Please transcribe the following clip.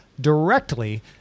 directly